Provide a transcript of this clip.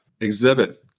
exhibit